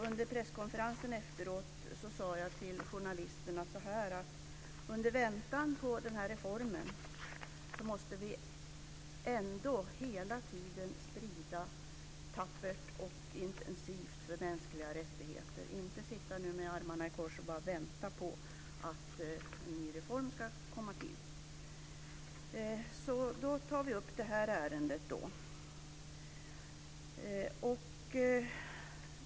Vid presskonferensen sade jag till journalisterna: I väntan på reformen måste vi ändå hela tiden strida tappert och intensivt för mänskliga rättigheter, inte bara sitta med armarna i kors och vänta på att reformen ska genomföras.